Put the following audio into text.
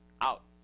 out